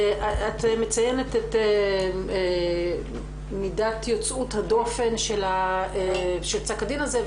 את מציינת את מידת יוצאות הדופן של פסק הדין הזה,